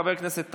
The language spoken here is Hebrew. חבר הכנסת טייב,